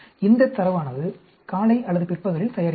இந்த தரவானது காலை அல்லது பிற்பகலில் தயாரிக்கப்படும்